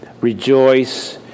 rejoice